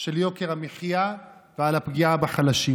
של יוקר המחיה והפגיעה בחלשים.